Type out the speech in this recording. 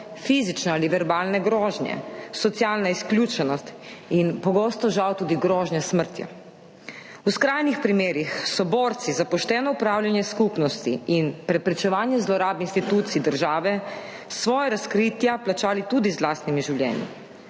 fizične ali verbalne grožnje, socialna izključenost in pogosto žal tudi grožnje s smrtjo. V skrajnih primerih so borci za pošteno upravljanje skupnosti in preprečevanje zlorab institucij države svoja razkritja plačali tudi z lastnimi življenji.